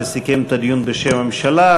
שסיכם את הדיון בשם הממשלה.